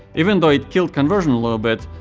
even though it killed conversion a little bit,